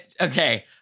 okay